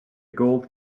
gold